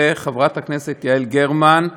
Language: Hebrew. וחברת הכנסת יעל גרמן.